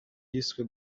yiswe